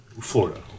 Florida